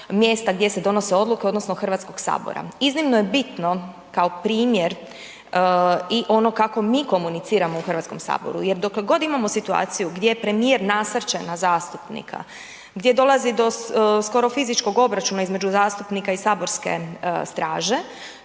mjesta gdje se donose odluke odnosno HS-a. Iznimno je bitno kao primjer i ono kako mi komuniciramo u HS jer dokle god imamo situaciju gdje premijer nasrće na zastupnika, gdje dolazi do skoro fizičkog obračuna između zastupnika i saborske straže,